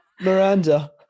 miranda